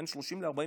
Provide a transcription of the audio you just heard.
בין 30,000 ל-40,000